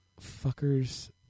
Fuckers